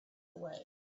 away